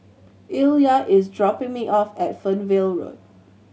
Illya is dropping me off at Fernvale Road